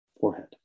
forehead